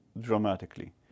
dramatically